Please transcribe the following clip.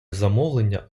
замовлення